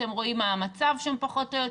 הם רואים מה המצב שם פחות או יותר,